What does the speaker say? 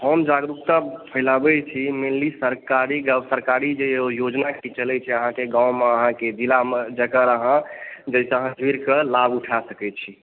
जागरूकता फैलाबै छी मेनली सरकारक सरकारी जे योजना किछु चलै छै अहाँके गाँवमे अहाँके जिलामे जेकरा अहाँ जाहिसॅं अहाँ जुड़िक लाभ उठा सकै छी